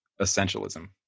essentialism